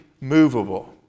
movable